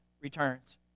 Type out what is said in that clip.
returns